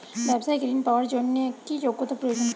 ব্যবসায়িক ঋণ পাওয়ার জন্যে কি যোগ্যতা প্রয়োজন?